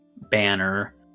banner